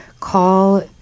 Call